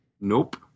nope